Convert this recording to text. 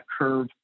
curve